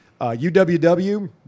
UWW